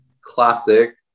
classic